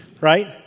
right